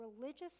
religious